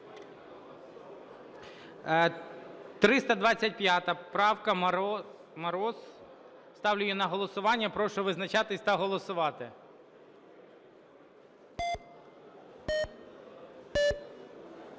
325 правка Мороза. Ставлю її на голосування. Прошу визначатися та голосувати.